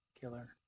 killer